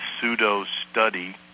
pseudo-study